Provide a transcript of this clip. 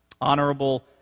Honorable